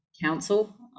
Council